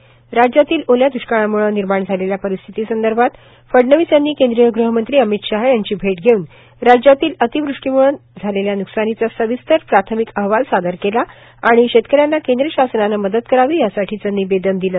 महाराष्ट्रातील ओल्या द्ष्काळाम्ळे निर्माण झालेल्या परिस्थितीसंदर्भात फडणवीस यांनी केंद्रीय गृहमंत्री अमित शहा यांची भेट घेऊन महाराष्ट्रातील अतिवृष्टीम्ळे झालेल्या न्कसानीचा सविस्तर प्राथमिक अहवाल सादर केला आणि शेतकऱ्यांना केंद्र शासनाने मदत करावी यासाठीचे निवेदन दिले